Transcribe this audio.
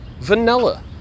vanilla